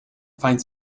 find